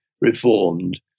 reformed